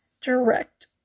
direct